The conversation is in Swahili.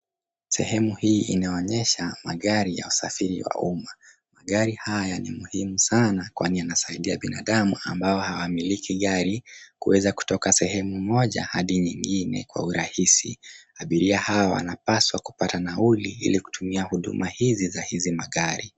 Sehemu hii inaonyesha magari ya usafiri wa umma. Magari haya ni muhimu sana kwani yanasaidia binadamu ambao hawa miliki gari kuweza kutoka sehemu moja hadi nyingine kwa urahisi. Abiria hawa wanapasua kupata nauli ili kutumia huduma hizi Za hizi magari.